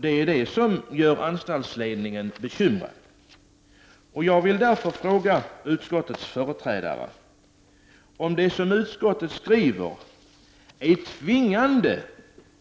Det är det som gör anstaltsledningen bekymrad. Jag vill därför fråga utskottets företrädare: Är det som utskottet skriver tvingande